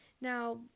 Now